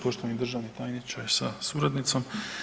Poštovani državni tajniče sa suradnicom.